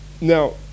Now